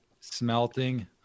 Smelting